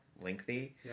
lengthy